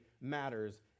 matters